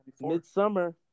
Midsummer